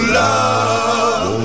love